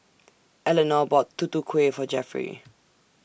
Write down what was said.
Elenor bought Tutu Kueh For Jeffery